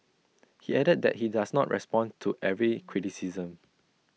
he added that he does not respond to every criticism